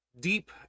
deep